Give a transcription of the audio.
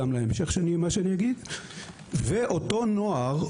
אותו נוער,